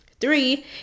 Three